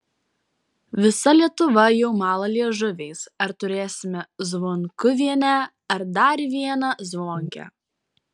visa lietuva jau mala liežuviais ar turėsime zvonkuvienę ar dar vieną zvonkę